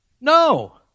No